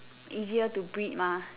easier to breed mah